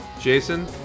Jason